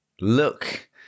look